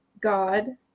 God